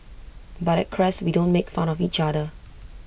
but at Crest we don't make fun of each other